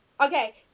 Okay